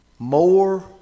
More